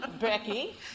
Becky